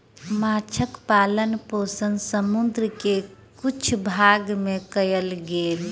माँछक पालन पोषण समुद्र के किछ भाग में कयल गेल